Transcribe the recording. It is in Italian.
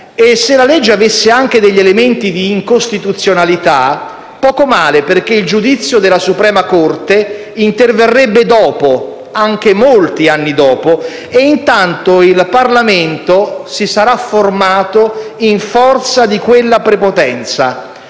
E se la legge avesse anche degli elementi di incostituzionalità, poco male perché il giudizio della Suprema Corte interverrebbe dopo - anche molti anni dopo - e intanto il Parlamento si sarà formato in forza di quella prepotenza,